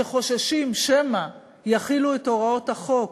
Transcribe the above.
שחוששים שמא יחילו את הוראות החוק